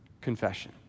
confession